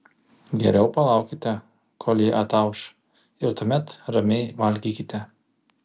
geriau palaukite kol ji atauš ir tuomet ramiai valgykite